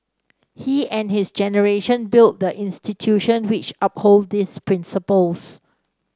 he and his generation built the institution which uphold these principles